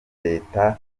leta